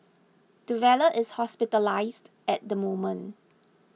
the valet is hospitalised at the moment